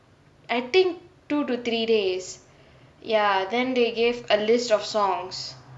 I think two to three days ya then they gave a list of songs